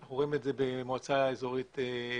אנחנו רואים את זה במועצה אזורית ביל"ו,